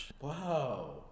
Wow